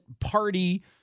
party